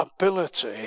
ability